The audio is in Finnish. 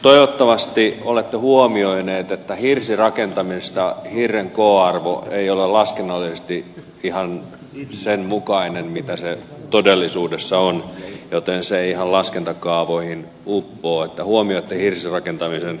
toivottavasti olette huomioineet että hirsirakentamisessa hirren k arvo ei ole laskennallisesti ihan sen mukainen mitä se todellisuudessa on joten se ei ihan laskentakaavoihin uppoa että huomioitte hirsirakentamisen erikoisuuden siinä kohtaa